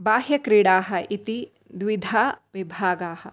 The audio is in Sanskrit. बाह्यक्रीडाः इति द्विधाः विभागाः